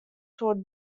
soart